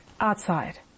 outside